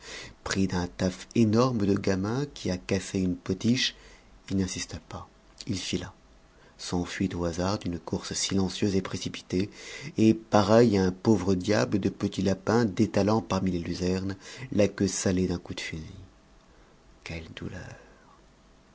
pris d'un taf énorme de gamin qui a cassé une potiche il n'insista pas il fila s'enfuit au hasard d'une course silencieuse et précipitée et pareil à un pauvre diable de petit lapin détalant parmi les luzernes la queue salée d'un coup de fusil quelle douleur